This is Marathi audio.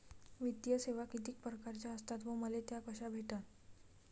वित्तीय सेवा कितीक परकारच्या असतात व मले त्या कशा भेटन?